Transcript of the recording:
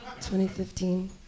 2015